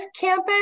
campus